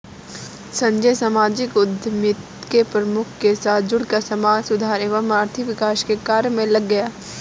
संजय सामाजिक उद्यमिता के प्रमुख के साथ जुड़कर समाज सुधार एवं आर्थिक विकास के कार्य मे लग गया